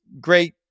great